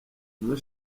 umu